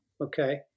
Okay